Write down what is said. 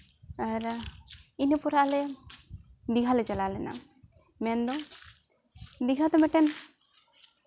ᱟᱨ ᱤᱱᱟᱹ ᱯᱚᱨᱮ ᱟᱞᱮ ᱫᱤᱜᱷᱟᱞᱮ ᱪᱟᱞᱟᱣ ᱞᱮᱱᱟ ᱢᱮᱱ ᱫᱚ ᱫᱤᱜᱷᱟ ᱛᱮ ᱢᱤᱫᱴᱮᱱ